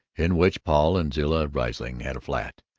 in which paul and zilla riesling had a flat.